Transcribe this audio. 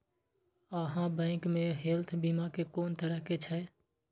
आहाँ बैंक मे हेल्थ बीमा के कोन तरह के छै?